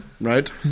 Right